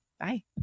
Bye